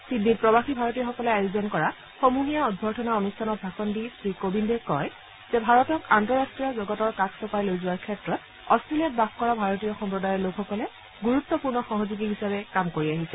ছিডনীত প্ৰৱাসী ভাৰতীয়সকলে আয়োজন কৰা সমূহীয়া অভ্যৰ্থনা অনুষ্ঠানত ভাষণ দি শ্ৰীকোবিন্দে কয় যে ভাৰতক আন্তঃৰাষ্ট্ৰীয় জগতৰ কাষ চপাই লৈ যোৱাৰ ক্ষেত্ৰত অষ্ট্ৰেলিয়াত বাস কৰা ভাৰতীয় সম্প্ৰদায়ৰ লোকসকলে গুৰুত্পূৰ্ণ সহযোগী হিচাপে কাম কৰি আহিছে